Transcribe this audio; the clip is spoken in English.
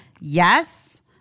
Yes